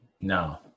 No